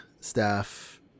staff